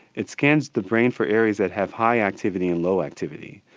it scans the brain for areas that have high activity and low activity.